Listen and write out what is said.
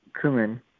cumin